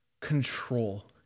Control